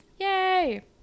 Yay